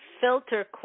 filter